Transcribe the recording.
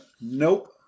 nope